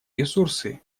ресурсы